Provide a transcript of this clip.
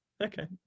okay